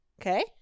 okay